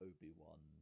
Obi-Wan